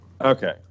Okay